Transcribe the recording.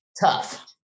tough